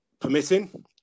permitting